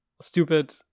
stupid